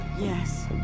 Yes